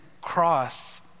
cross